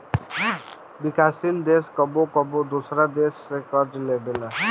विकासशील देश कबो कबो दोसरा देश से कर्ज लेबेला